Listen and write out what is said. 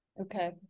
Okay